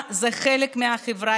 אגב,